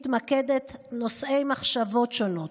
מתמקדת נושאי מחשבות שונות,